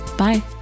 Bye